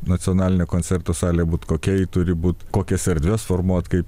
nacionalinė koncertų salė būt kokia ji turi būt kokias erdves formuot kaip